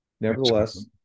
Nevertheless